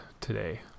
today